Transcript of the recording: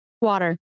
Water